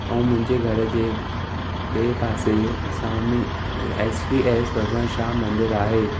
ऐं मुंहिंजे घर जे ॿिए पासे सामे S V S Vasan Shah मंदरु आहे